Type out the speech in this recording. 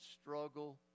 struggle